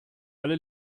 alle